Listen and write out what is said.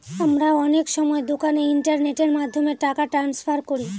আমরা অনেক সময় দোকানে ইন্টারনেটের মাধ্যমে টাকা ট্রান্সফার করি